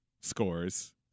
scores